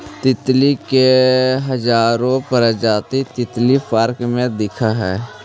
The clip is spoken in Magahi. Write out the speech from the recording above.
तितली के हजारो प्रजाति तितली पार्क में दिखऽ हइ